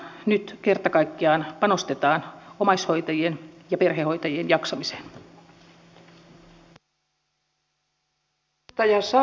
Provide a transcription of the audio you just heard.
nyt kerta kaikkiaan panostetaan omaishoitajien ja perhehoitajien jaksamiseen